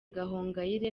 gahongayire